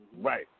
Right